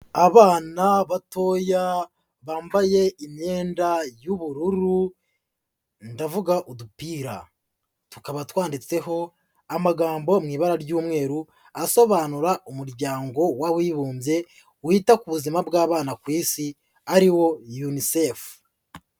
Abana batoya bambaye imyenda y'ubururu, ndavuga udupira, tukaba twanditseho amagambo mu ibara ry'umweru asobanura Umuryango w'Abibumbye wita ku buzima bw'abana ku isi ari wo Unicef.